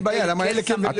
למה אלה כן ואלה לא?